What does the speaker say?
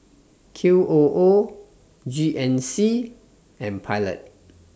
Q O O G N C and Pilot